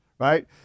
Right